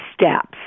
steps